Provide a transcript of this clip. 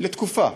לתקופה,